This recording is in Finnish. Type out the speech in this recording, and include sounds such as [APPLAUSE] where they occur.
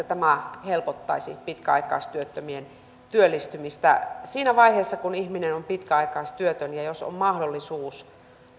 [UNINTELLIGIBLE] tämä helpottaisi pitkäaikaistyöttömien työllistymistä siinä vaiheessa kun ihminen on pitkäaikaistyötön jos on mahdollisuus